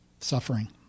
suffering